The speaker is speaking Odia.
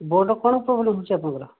ବୋର୍ଡ଼ ର କ'ଣ ପ୍ରୋବ୍ଲେମ୍ ହେଉଛି ଆପଣଙ୍କର